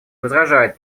возражает